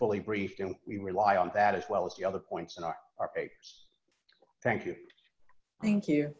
fully briefed and we rely on that as well as the other points in our papers thank you thank you